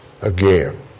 again